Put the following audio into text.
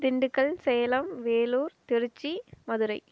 Dindigul Salem Vellore Tiruchi Madurai